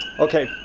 okay,